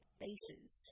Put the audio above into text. faces